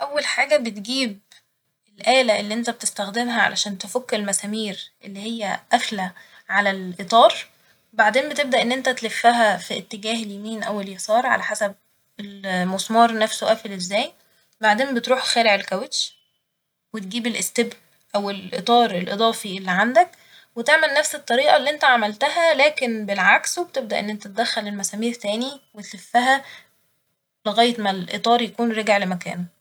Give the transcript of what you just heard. أول حاجة بتجيب الآلة اللي انت بتستخدمها عشان تفك المسامير اللي هي قافلة على الإطار بعدين بتبدأ ان انت تلفها في اتجاه اليمين أو اليسار على حسب ال- مسمار نفسه قافل ازاي ، بعدين بتروح خالع الكاوتش وتجيب الإستبن أو الإطار الإضافي اللي عندك وتعمل نفس الطريقة اللي انت عملتها لكن بالعكس وبتبدأ ان انت تدخل المسامير تاني وتلفها لغاية ما الإطار يكون رجع لمكانه